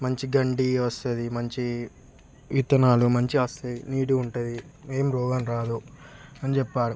మంచి గండీ వస్తుంది మంచి విత్తనాలు మంచిగా వస్తాయి నీట్గా ఉంటుంది ఏం రోగం రాదు అని జెప్పారు